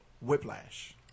Whiplash